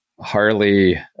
Harley